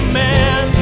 man